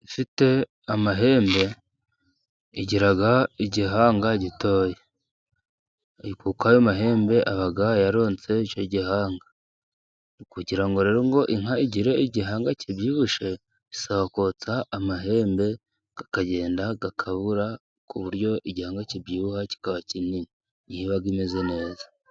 Inka ifite amahembe, igira igihanga gitoya. Kuko ayo mahembe aba yaronse icyo gihanga, kugira ngo rero inka igire igihanga kibyibushye, bisaba kotsa amahembe, akagenda akabura ku buryo igihanga kibyibuha kikaba kinini, ni ho iba imeze neza.